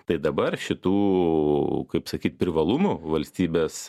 tai dabar šitų kaip sakyt privalumų valstybės